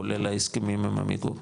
כולל ההסכמים עם עמיגור.